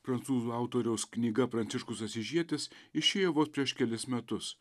prancūzų autoriaus knyga pranciškus asyžietis išėjo vos prieš kelis metus